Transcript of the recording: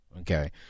Okay